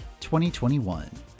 2021